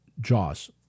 Jaws